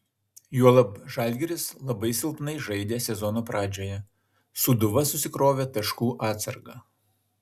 juolab žalgiris labai silpnai žaidė sezono pradžioje sūduva susikrovė taškų atsargą